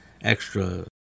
extra